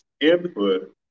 input